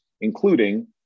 including